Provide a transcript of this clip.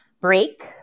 break